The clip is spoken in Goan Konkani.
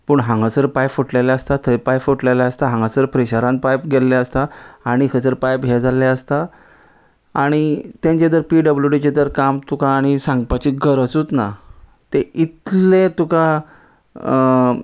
पूण हांगासर पायप फुटलेले आसता थंय पायप फुटलेले आसता हांगासर प्रेशरान पायप गेल्ले आसता आनी खंयसर पायप हे जाल्ले आसता आनी तेंचे जर पी डब्ल्यूचें जर काम तुका आनी सांगपाची गरजूच ना ते इतले तुका